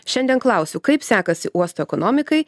šiandien klausiu kaip sekasi uosto ekonomikai